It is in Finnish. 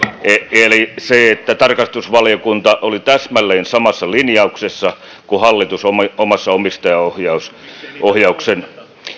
eli tarkastusvaliokunta oli täsmälleen samassa linjauksessa kuin hallitus omassa omistajaohjauslinjauksessaan